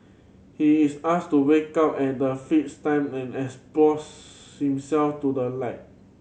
he is asked to wake up at the fixed time and expose himself to the light